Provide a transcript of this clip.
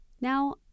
Now